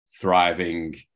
thriving